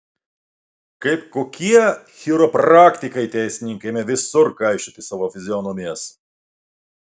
kaip kokie chiropraktikai teisininkai ėmė visur kaišioti savo fizionomijas